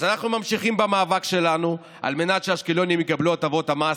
אז אנחנו ממשיכים במאבק שלנו על מנת שאשקלונים יקבלו את הטבות המס.